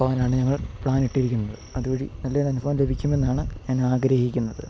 പോവാനാണ് ഞങ്ങൾ പ്ലാനിട്ടിരിക്കുന്നത് അതുവഴി നല്ലൊരു അനുഭവം ലഭിക്കുമെന്നാണ് ഞാൻ ആഗ്രഹിക്കുന്നത്